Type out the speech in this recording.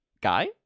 guy